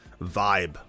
vibe